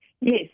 Yes